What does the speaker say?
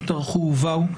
שטרחו ובאו.